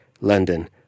London